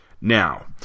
Now